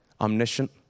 omniscient